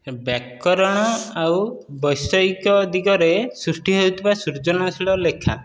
ବ୍ୟାକରଣ ଆଉ ବୈଷୟିକ ଦିଗରେ ସୃଷ୍ଟି ହେଉଥିବା ସୃଜନଶୀଳ ଲେଖା